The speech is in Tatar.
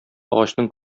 агачның